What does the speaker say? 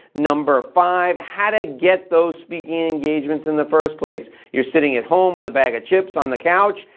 number five, how to get those speaking engagements in the first place. you're sitting at home with a bag of chips on the couch,